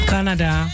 Canada